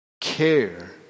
care